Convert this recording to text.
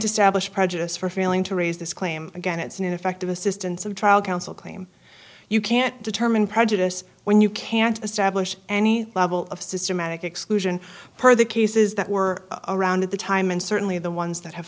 establish prejudice for failing to raise this claim again it's ineffective assistance of trial counsel claim you can't determine prejudice when you can't establish any level of systematic exclusion per the cases that were around at the time and certainly the ones that have